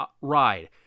ride